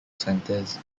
centres